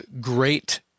great